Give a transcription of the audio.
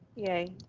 yea.